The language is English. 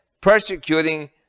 persecuting